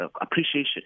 appreciation